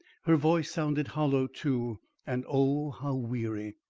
her voice sounded hollow too and oh, how weary!